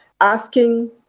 asking